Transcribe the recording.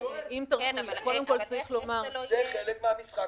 זה חלק מהמשחק